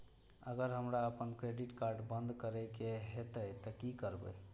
अगर हमरा आपन क्रेडिट कार्ड बंद करै के हेतै त की करबै?